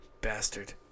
Bastard